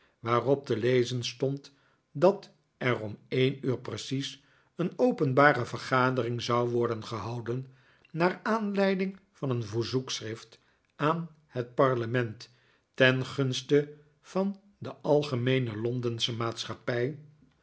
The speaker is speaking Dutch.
waarop te lezen stond dat er om een uur precies een openbare vergadering zou worden gehouden naar aanleiding van een verzoekschrift aan het parlement ten gunste van de algemeene londensche maatschappij